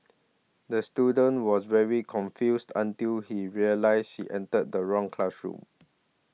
the student was very confused until he realise he entered the wrong classroom